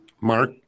Mark